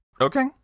Okay